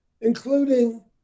including